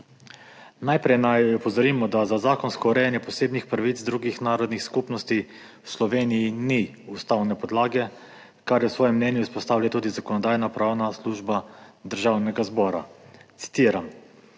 Najprej naj opozorimo, da za zakonsko urejanje posebnih pravic drugih narodnih skupnosti v Sloveniji ni ustavne podlage, kar je v svojem mnenju izpostavila tudi Zakonodajno-pravna služba Državnega zbora. Citiram: